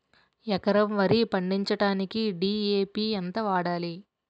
ఎకరం వరి పండించటానికి డి.ఎ.పి ఎంత వాడాలి?